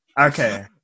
Okay